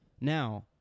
Now